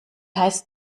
heißt